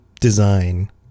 design